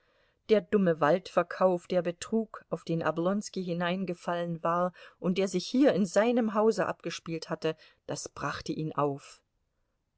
der dumme waldverkauf der betrug auf den oblonski hineingefallen war und der sich hier in seinem hause abgespielt hatte das brachte ihn auf